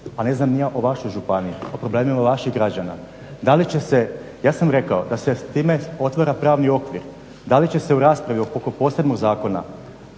a ne znam ni ja o vašoj županiji, o problemima vaših građana. Ja sam rekao da se s time otvara pravni okvir da li će se u raspravi oko posebnog zakona